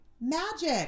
Magic